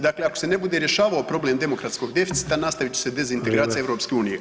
Dakle, ako se ne bude rješavao problem demokratskog deficita nastavit će se dezintegracija EU.